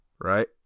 Right